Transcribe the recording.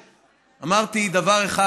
אמרתי דבר אחד,